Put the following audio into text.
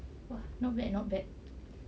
!wah! not bad not bad